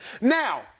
Now